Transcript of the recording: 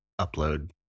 upload